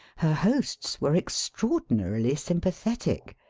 her hosts were extraordinarily sym pathetic,